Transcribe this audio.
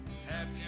happy